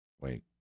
Wait